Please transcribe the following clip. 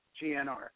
GNR